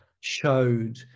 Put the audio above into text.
showed